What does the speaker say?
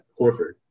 Horford